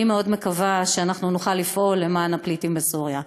אני מקווה מאוד שאנחנו נוכל לפעול למען הפליטים בסוריה.